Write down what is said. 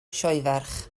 sioeferch